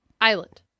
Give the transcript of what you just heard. island